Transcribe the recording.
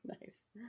Nice